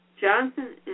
Johnson